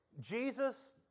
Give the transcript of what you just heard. Jesus